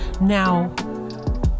now